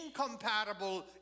incompatible